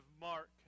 Mark